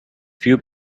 few